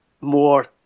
more